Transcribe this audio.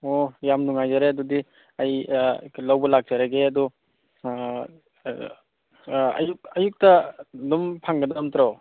ꯑꯣ ꯌꯥꯝ ꯅꯨꯡꯉꯥꯏꯖꯔꯦ ꯑꯗꯨꯗꯤ ꯑꯩ ꯂꯧꯕ ꯂꯥꯛꯆꯔꯒꯦ ꯑꯗꯣ ꯑꯌꯨꯛ ꯑꯌꯨꯛꯇ ꯑꯗꯨꯝ ꯐꯪꯒꯗꯕ ꯅꯠꯇ꯭ꯔꯣ